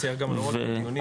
ואני מודה על זה.